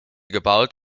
gebaut